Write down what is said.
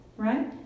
Right